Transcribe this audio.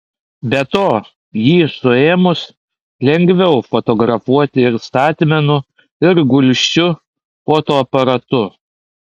be to jį suėmus lengviau fotografuoti ir statmenu ir gulsčiu fotoaparatu